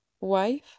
Wife